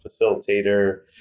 facilitator